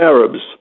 Arabs